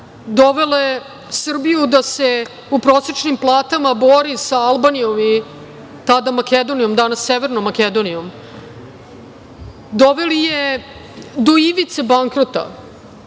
dovele Srbiju da se po prosečnim platama bori sa Albanijom i tada Makedonijom, danas Severnom Makedonijom, doveli je do ivice bankrota,